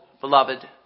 beloved